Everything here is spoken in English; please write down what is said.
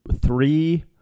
three